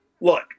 Look